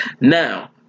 Now